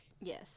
Yes